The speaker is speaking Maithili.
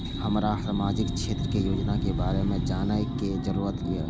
हमरा सामाजिक क्षेत्र के योजना के बारे में जानय के जरुरत ये?